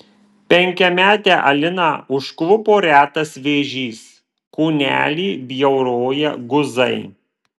penkiametę aliną užklupo retas vėžys kūnelį bjauroja guzai